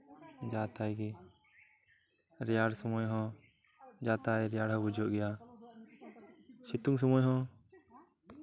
ᱡᱟᱼᱛᱟᱭ ᱜᱮ ᱨᱮᱭᱟᱲ ᱥᱚᱢᱚᱭ ᱦᱚᱸ ᱡᱟᱼᱛᱟᱭ ᱜᱮ ᱨᱮᱭᱟᱲ ᱵᱩᱡᱷᱟᱹᱜ ᱜᱮᱭᱟ ᱥᱤᱛᱩᱝ ᱥᱚᱢᱚᱭ ᱦᱚᱸ